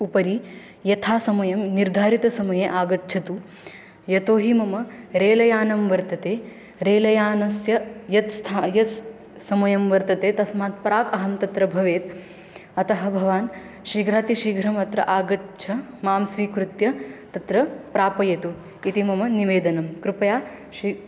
उपरि यथासमयं निर्धारितसमये आगच्छतु यतो हि मम रेलयानं वर्तते रेलयानस्य यत् स्था यः समयः वर्तते तस्मात् प्राक् अहं तत्र भवेत् अतः भवान् शीघ्रातिशीघ्रम् अत्र आगच्छ मां स्वीकृत्य तत्र प्रापयतु इति मम निवेदनं कृपया शीघ्रम्